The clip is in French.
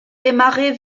démarrer